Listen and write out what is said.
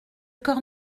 coeur